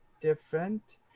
different